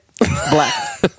Black